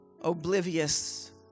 oblivious